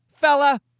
fella